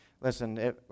listen